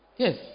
Yes